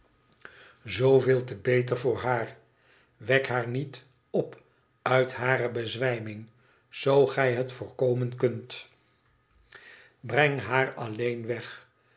zooveel te beter voor haar wek haar niet op uit hare bezwijming zoo gij het voorkomen kunt breng haar alleen weg